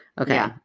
Okay